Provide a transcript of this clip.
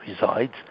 resides